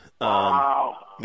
Wow